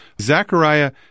Zechariah